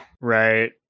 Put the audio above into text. Right